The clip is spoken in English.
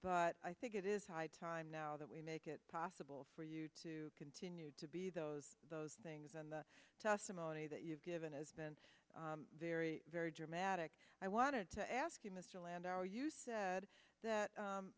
but i think it is high time now that we make it possible for you to continue to be those those things and the testimony that you've given is been very very dramatic i wanted to ask you mr landau you said that